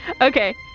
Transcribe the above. Okay